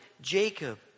Jacob